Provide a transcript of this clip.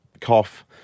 cough